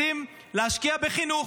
רוב אזרחי מדינת ישראל רוצים להשקיע בחינוך.